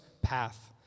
path